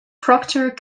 procter